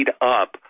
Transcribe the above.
up